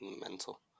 Mental